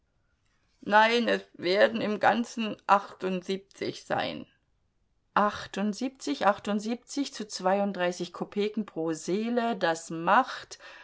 nein es werden im ganzen achtundsiebzig sein achtundsiebzig achtundsiebzig zu zweiunddreißig kopeken pro seele das macht